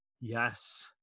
yes